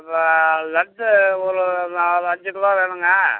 வ லட்டு ஒரு நாலு அஞ்சு கிலோ வேணுங்க